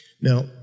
Now